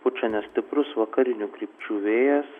pučia nestiprus vakarinių krypčių vėjas